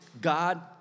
God